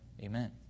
amen